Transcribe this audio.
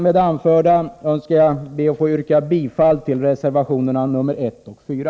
Med det anförda ber jag att få yrka bifall till reservationerna 1 och 4.